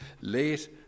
late